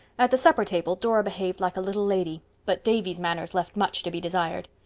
at the supper table dora behaved like a little lady, but davy's manners left much to be desired.